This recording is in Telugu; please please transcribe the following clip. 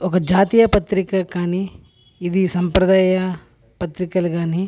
ఒక జాతీయ పత్రిక కానీ ఇది సాంప్రదాయ పత్రికలు కాని